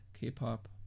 K-Pop